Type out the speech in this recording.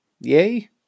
yay